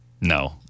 No